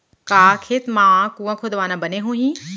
का खेत मा कुंआ खोदवाना बने होही?